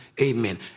Amen